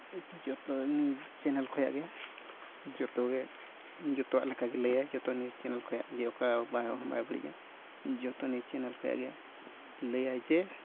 ᱡᱚᱛᱚ news channel ᱠᱷᱚᱱᱟᱜ ᱜᱮ ᱡᱚᱛᱚ ᱜᱮ ᱡᱚᱛᱚᱣᱟᱜ ᱞᱮᱠᱟᱜᱮ ᱞᱟᱹᱭᱟᱭ ᱡᱚᱛᱚ ᱱᱤᱭᱩᱡᱽ ᱪᱮᱱᱮᱞ ᱠᱷᱚᱱᱟᱜ ᱡᱮ ᱚᱠᱟ ᱦᱚᱸ ᱵᱟᱭ ᱵᱟᱹᱲᱤᱡᱽᱼᱟ ᱡᱚᱛᱚ ᱱᱤᱭᱩᱡᱽ ᱪᱮᱱᱮᱞ ᱠᱷᱚᱱᱟᱜ ᱜᱮ ᱞᱟᱹᱭᱟᱭ ᱡᱮ